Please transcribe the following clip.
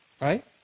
Right